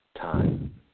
time